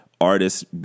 artists